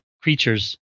creatures